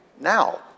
now